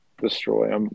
Destroy